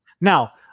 Now